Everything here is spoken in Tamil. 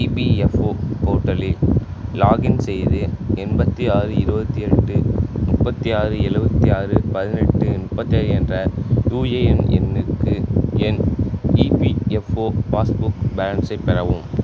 இபிஎஃப்ஓ போர்ட்டலில் லாக்இன் செய்து எண்பத்தி ஆறு இருபத்தி எட்டு முப்பத்தி ஆறு எழுவத்தி ஆறு பதினெட்டு நுப்பத்தாறு என்ற யுஏஎன் எண்ணுக்கு என் இபிஎஃப்ஓ பாஸ்புக் பேலன்ஸை பெறவும்